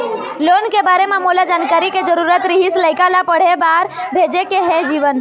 loan के बारे म मोला जानकारी के जरूरत रीहिस, लइका ला पढ़े बार भेजे के हे जीवन